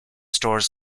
stores